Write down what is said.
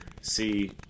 see